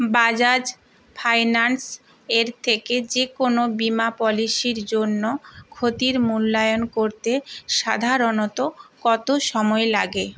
Bajaj finance এর থেকে যেকোনও বীমা পলিসির জন্য ক্ষতির মূল্যায়ন করতে সাধারণত কত সময় লাগে